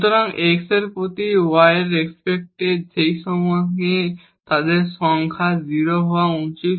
সুতরাং x এর প্রতি এবং y এর রেস্পেক্টে সেই সময়ে তাদের সংখ্যা 0 হওয়া উচিত